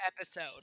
episode